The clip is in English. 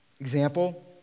example